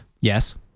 Yes